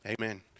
Amen